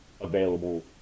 available